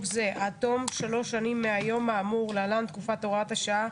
עד תום שלוש שנים מהיום האמור (להלן תקופת הוראת השע),